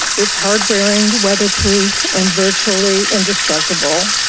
it's hard wearing weatherproof and virtually indestructible.